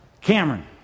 Cameron